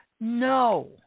No